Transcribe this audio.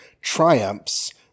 triumphs